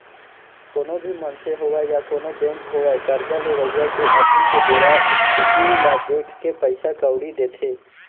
कोनो भी मनसे होवय या कोनों बेंक होवय करजा लेवइया के अभी के बेरा इस्थिति ल देखके पइसा कउड़ी देथे